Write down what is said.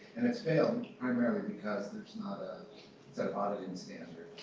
and it's failed because there's not a set of auditing standards.